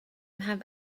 have